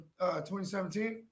2017